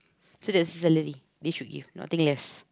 so that's the salary they should give nothing less